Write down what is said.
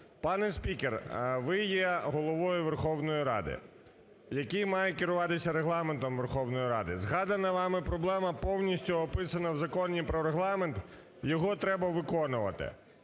Пане спікер, ви є Головою Верховної Ради, який має керуватися Регламентом Верховної Ради. Згадана вами проблема повністю описана в Законі про Регламент, його треба виконувати.